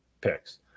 picks